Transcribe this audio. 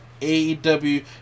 aew